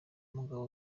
mugabo